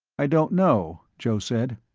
i don't know, joe said.